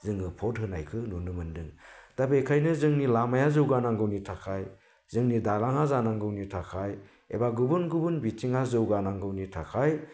जोङो भट होनायखौ नुनो मोन्दों दा बेनिखायनो जोंनि लामाया जौगानांगौनि थाखाय जोंनि दालाङा जानांगौनि थाखाय एबा गुबुन गुबुन बिथिङा जौगानांगौनि थाखाय